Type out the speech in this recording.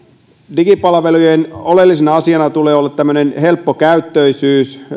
digipalvelujen oleellisena asiana tulee olla helppokäyttöisyys